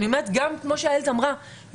כמו שאיילת אמרה,